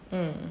mm